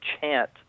chant